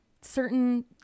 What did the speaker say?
certain